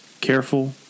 Careful